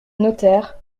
notaire